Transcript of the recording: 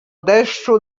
deszczu